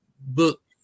book